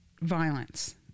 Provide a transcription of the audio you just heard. violence